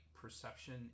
perception